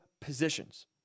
positions